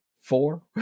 four